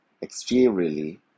Exteriorly